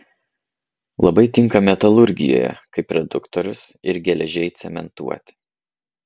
labai tinka metalurgijoje kaip reduktorius ir geležiai cementuoti